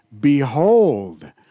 Behold